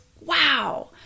Wow